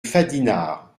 fadinard